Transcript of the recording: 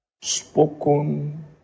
spoken